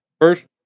first